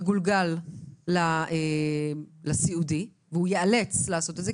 יגולגל לסיעודי והוא ייאלץ לעשות את זה,